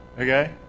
Okay